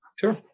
Sure